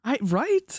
Right